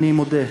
אני מודה,